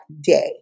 day